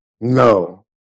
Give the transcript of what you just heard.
No